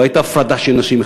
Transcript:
לא הייתה הפרדה של נשים,